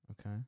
Okay